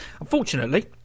Unfortunately